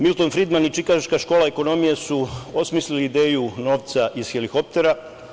Milton Fridman i Čikaška škola ekonomije su osmislili ideju „novca iz helikoptera“